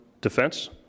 defense